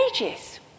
ages